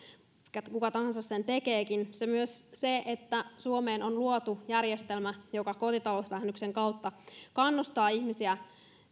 kuka tahansa sen tekeekin myös se että suomeen on luotu järjestelmä joka kotitalousvähennyksen kautta kannustaa ihmisiä